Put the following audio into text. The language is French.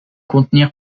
contenir